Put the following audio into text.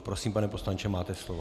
Prosím, pane poslanče, máte slovo.